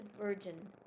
Virgin